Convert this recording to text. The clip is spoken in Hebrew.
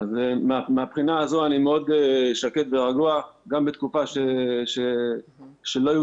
אז מהבחינה הזו אני מאוד שקט ורגוע גם בתקופה שלא היו